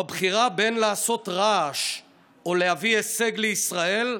בבחירה בין לעשות רעש או להביא הישג לישראל,